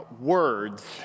words